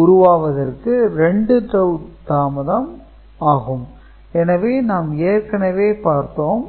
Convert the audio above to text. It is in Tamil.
உருவாவதற்கு 2 டவூ தாமதம் ஆகும் என நாம் ஏற்கனவே பார்த்தோம்